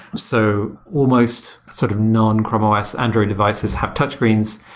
so almost sort of non-chrome os android devices have touch screens.